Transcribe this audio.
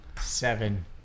seven